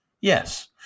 yes